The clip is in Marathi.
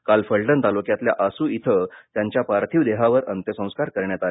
काल फलटण तालुक्यातल्या आसू इथं त्यांच्या पार्थिव देहावर अंत्यसंस्कार करण्यात आले